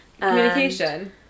communication